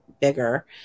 bigger